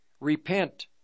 repent